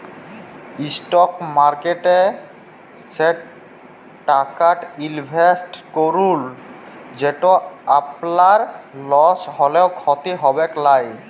stock মার্কেটে সে টাকাট ইলভেসেট করুল যেট আপলার লস হ্যলেও খ্যতি হবেক লায়